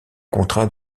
contrat